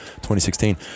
2016